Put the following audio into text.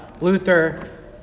Luther